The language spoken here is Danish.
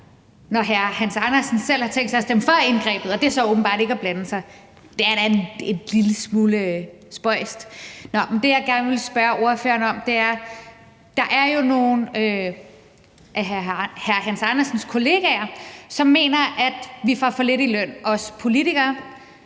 hr. Hans Andersen selv har tænkt sig at stemme for indgrebet, og det så åbenbart ikke er at blande sig. Det er da er en lille smule spøjst. Men det, jeg gerne vil spørge ordføreren om, er, at der jo er nogle af hr. Hans Andersens kollegaer, som mener, at vi politikere får for lidt i løn, og at vores